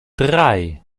drei